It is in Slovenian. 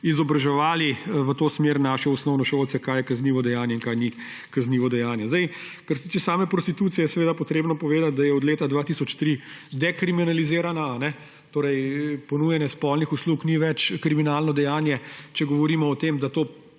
izobraževali naše osnovnošolce v to smer, kaj je kaznivo dejanje in kaj ni kaznivo dejanje. Kar se tiče same prostitucije, je potrebno povedati, da je od leta 2003 dekriminalizirana, torej ponujanje spolnih uslug ni več kriminalno dejanje, če govorimo o tem, da to